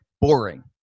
boring